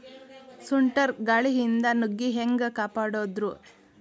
ಸುಂಟರ್ ಗಾಳಿಯಿಂದ ನುಗ್ಗಿ ಹ್ಯಾಂಗ ಕಾಪಡೊದ್ರೇ?